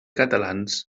catalans